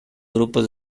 grupos